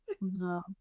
No